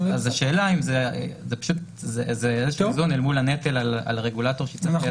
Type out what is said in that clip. אז זה איזשהו איזון מול הנטל על רגולטור שצריך ליישם.